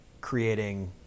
creating